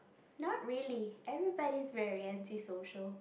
not really everybody's very anti social